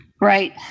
Right